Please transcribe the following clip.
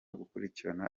gukurikirana